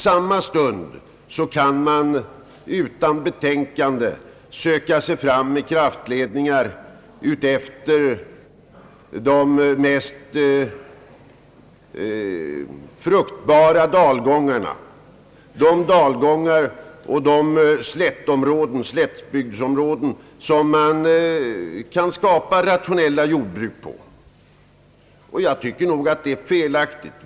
Samtidigt kan man utan att tveka söka sig fram med kraftiledningar efter de mest fruktbara dalgångar och slättbygdsområden, där man kan skapa rationella jordbruk. Jag tycker att detta är felaktigt.